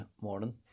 morning